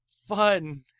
fun